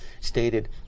stated